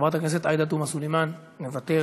חברת הכנסת עאידה תומא סלימאן, מוותרת.